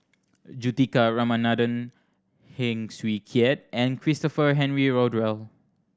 Juthika Ramanathan Heng Swee Keat and Christopher Henry Rothwell